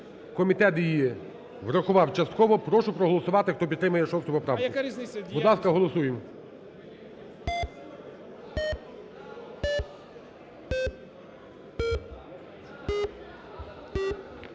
комітет її врахував частково, прошу проголосувати, хто підтримує 6 поправку. Будь ласка, голосуємо.